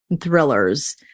thrillers